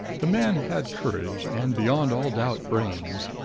the man had courage and, beyond all doubt, brains.